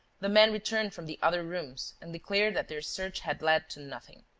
the men returned from the other rooms and declared that their search had led to nothing.